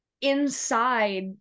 inside